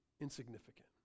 insignificant